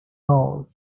nurse